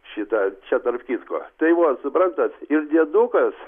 šitą čia tarp kitko tai va suprantat ir dėdukas